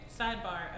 sidebar